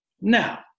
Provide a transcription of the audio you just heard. now